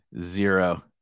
zero